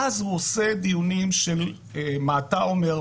ואז הוא עושה דיונים של מה אתה אומר,